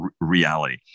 reality